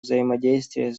взаимодействие